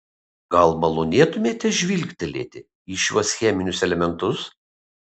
gal malonėtumėte žvilgtelėti į šiuos cheminius elementus